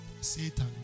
Satan